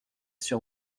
sur